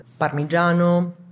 parmigiano